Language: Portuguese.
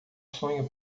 sonho